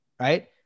right